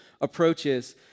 approaches